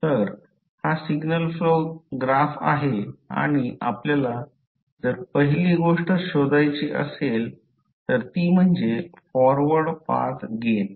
तर हा signal flow graph आहे आणि आपल्याला जर पहिली गोष्ट शोधायची असेल तर ती म्हणजे फॉरवर्ड पाथ गेन